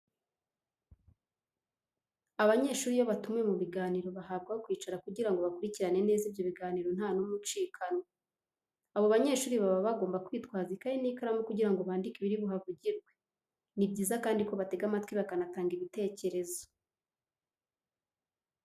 Abanyeshuri iyo batumiwe mu biganiro bahabwa aho kwicara kugira ngo bakurikirane neza ibyo biganiro nta n'umwe ucikanwe. Abo banyeshuri baba bagomba kwitwaza ikayi n'ikaramu kugira ngo bandike ibiri buhavugirwe. Ni byiza kandi ko batega amatwi bakanatanga ibitekerezo.